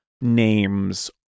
names